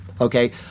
okay